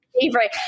favorite